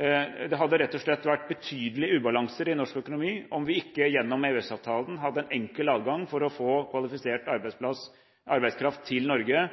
Det hadde rett og slett vært betydelig ubalanse i norsk økonomi om vi ikke gjennom EØS-avtalen hadde en enkel adgang til å få kvalifisert arbeidskraft til Norge